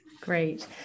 Great